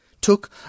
took